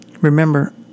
Remember